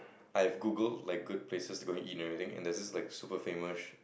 I have Googled like good places to go and eat and everything and there's this like super famous